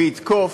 והוא יתקוף,